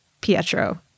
Pietro